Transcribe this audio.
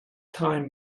time